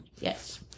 Yes